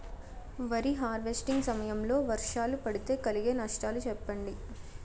వరి హార్వెస్టింగ్ సమయం లో వర్షాలు పడితే కలిగే నష్టాలు చెప్పండి?